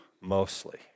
mostly